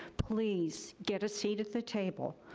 please get a seat at the table.